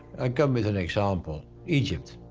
i come with an example egypt,